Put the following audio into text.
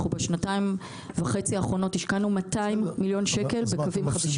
בשנתיים וחצי האחרונות השקענו 200 מיליון שקל בקווים חדשים.